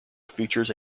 features